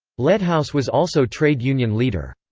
lettehaus was also trade union leader.